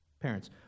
Parents